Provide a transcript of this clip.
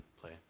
play